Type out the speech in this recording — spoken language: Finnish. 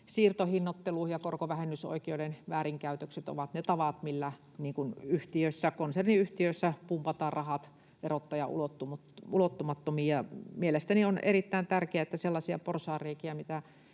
siirtohinnoittelu ja korkovähennysoikeuden väärinkäytökset ovat ne tavat, millä yhtiössä, konserniyhtiössä, pumpataan rahat verottajan ulottumattomiin. Mielestäni on erittäin tärkeää, että sellaisia porsaanreikiä,